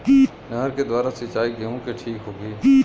नहर के द्वारा सिंचाई गेहूँ के ठीक होखि?